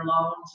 loans